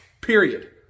Period